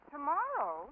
Tomorrow